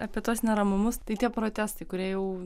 apie tuos neramumus tai tie protestai kurie jau